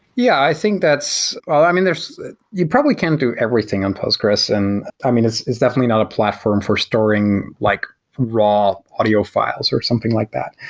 yeah. i think that's i mean, you probably can't do everything on postgres, and i mean it's it's definitely not a platform for storing like raw audio files or something like that.